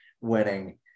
winning